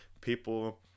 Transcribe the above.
People